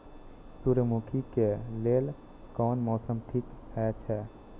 सूर्यमुखी के लेल कोन मौसम ठीक हे छे?